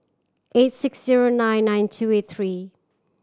eight six zero nine nine two eight three